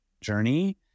journey